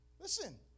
Listen